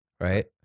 Right